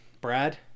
Brad